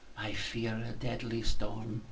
i fear a deadly storm!